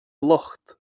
locht